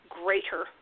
greater